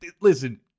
Listen